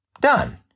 done